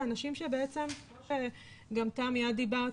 זה אנשים שבעצם גם תמי את דיברת,